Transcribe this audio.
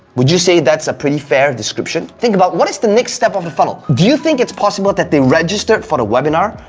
would you say that's a pretty fair description? think about what is the next step of a funnel? do you think it's possible that they registered for the webinar,